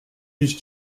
his